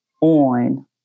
on